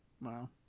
Wow